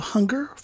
Hunger